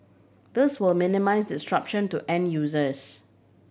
this will minimise disruption to end users